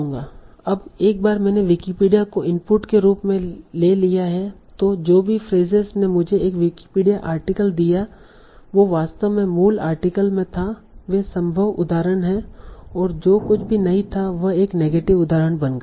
अब एक बार मैंने विकिपीडिया को इनपुट के रूप में ले लिया है तों जो भी फ्रेसेस ने मुझे एक विकिपीडिया आर्टिकल दिया वो वास्तव में मूल आर्टिकल में था वे संभव उदाहरण हैं और जो कुछ भी नहीं था वह एक नेगेटिव उदाहरण बन गया